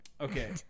Okay